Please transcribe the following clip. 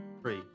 three